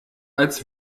als